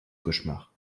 cauchemars